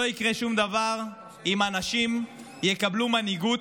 לא יקרה שום דבר אם אנשים יקבלו מנהיגות,